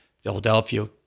Philadelphia